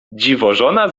dziwożona